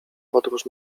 podróż